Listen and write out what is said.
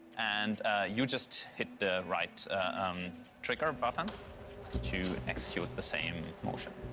and you just hit the right trigger button to execute the same motion.